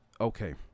okay